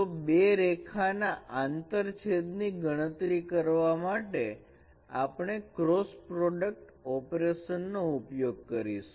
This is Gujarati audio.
તો બે રેખા ના આંતરછેદ ની ગણતરી કરવા માટે આપણે ક્રોસ પ્રોડક્ટ ઓપરેશન નો ઉપયોગ કરીશું